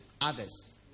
others